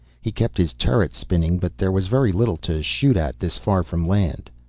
he kept his turret spinning, but there was very little to shoot at this far from land.